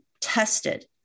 tested